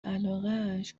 علاقش